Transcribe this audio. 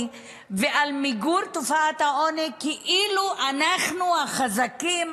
ועל מיגור תופעת העוני כאילו אנחנו החזקים,